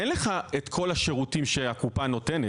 אין לך את כול השירותים שהקופה נותנת.